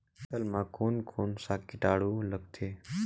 फसल मा कोन कोन सा कीटाणु लगथे?